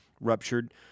ruptured